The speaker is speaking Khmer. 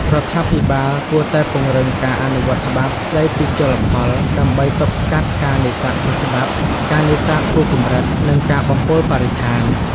រដ្ឋាភិបាលគួរតែពង្រឹងការអនុវត្តច្បាប់ស្តីពីជលផល ដើម្បីទប់ស្កាត់ការនេសាទខុសច្បាប់ ការនេសាទហួសកម្រិត និងការបំពុលបរិស្ថាន។